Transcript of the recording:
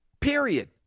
Period